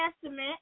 Testament